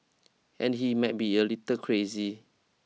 and he might be a little crazy